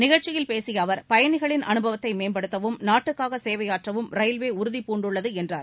நிகழ்ச்சியில் பேசிய அவர் பயணிகளின் அனுபவத்தை மேம்படுத்தவும் நாட்டுக்காக சேவையாற்றவும் ரயில்வே உறுதிபூண்டுள்ளது என்றார்